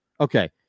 Okay